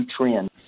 trend